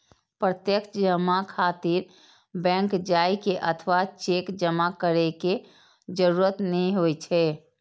प्रत्यक्ष जमा खातिर बैंक जाइ के अथवा चेक जमा करै के जरूरत नै होइ छै